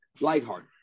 lighthearted